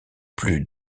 plus